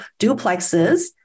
duplexes